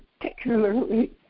particularly